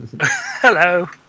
Hello